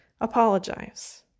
Apologize